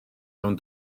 mewn